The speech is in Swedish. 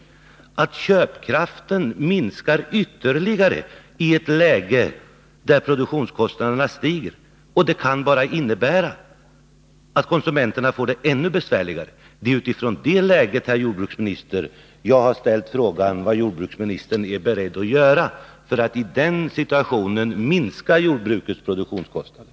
Det betyder att köpkraften minskar ytterligare i ett läge där produktionskostnaderna stiger, och det kan bara innebära att konsumenterna får det ännu besvärligare. Det är utifrån det läget, herr jordbruksminister, som jag har ställt frågan vad jordbruksministern är beredd att göra för att i den aktuella situationen minska jordbrukets produktionskostnader.